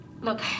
Look